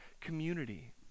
community